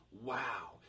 wow